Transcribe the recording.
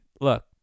look